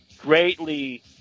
greatly